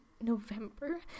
November